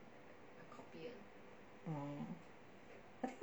oh